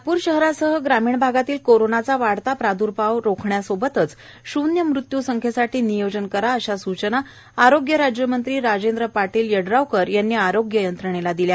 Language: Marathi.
नागपूर शहरासह ग्रामीण भागातील कोरोनाचा वाढता प्रादुर्भाव रोखण्यासोबतच शून्य मृत्यू संख्येसाठी नियोजन करा अशा सुचना आरोग्य राज्यमंत्री राजेंद्र पाटील यड्रावकर यांनी आरोग्य यंत्रणेला दिल्या